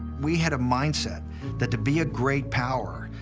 we had a mindset that to be a great power,